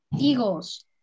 Eagles